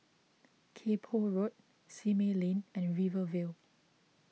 Kay Poh Road Simei Lane and Rivervale